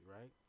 right